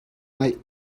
ngeih